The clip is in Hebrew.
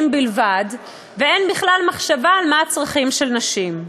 בלבד ואין בכלל מחשבה מה הם הצרכים של נשים.